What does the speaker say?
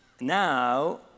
now